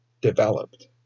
developed